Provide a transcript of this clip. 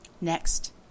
Next